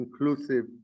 inclusive